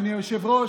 אדוני היושב-ראש,